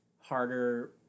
harder